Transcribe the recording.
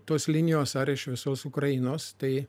tos linijos ar iš visos ukrainos tai